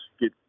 get